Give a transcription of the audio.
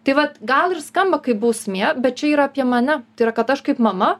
tai vat gal ir skamba kaip bausmė bet čia yra apie mane tai yra kad aš kaip mama